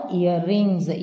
earrings